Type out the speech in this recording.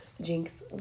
Jinx